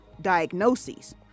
diagnoses